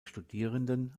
studierenden